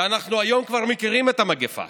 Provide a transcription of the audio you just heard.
שהיום אנחנו כבר מכירים את המגפה